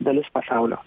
dalis pasaulio